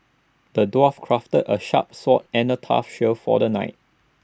the dwarf crafted A sharp sword and A tough shield for the knight